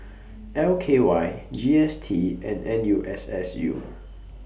L K Y G S T and N U S S U